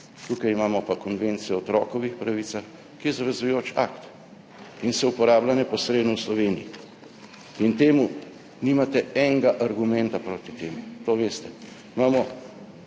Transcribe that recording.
Tukaj imamo pa Konvencijo o otrokovih pravicah, ki je zavezujoč akt in se uporablja neposredno v Sloveniji. In temu nimate enega argumenta proti temu, to veste. Imamo